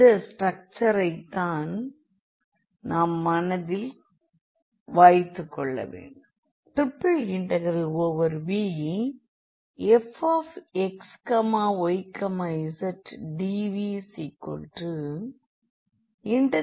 இந்த ஸ்ட்ரக்சரைதத்தான் நாம் மனதில் வைத்துக்கொள்ளவேண்டும்